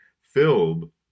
filled